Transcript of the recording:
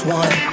one